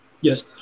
Yes